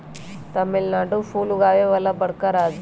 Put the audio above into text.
तमिलनाडु फूल उगावे वाला बड़का राज्य हई